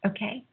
Okay